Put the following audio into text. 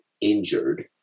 injured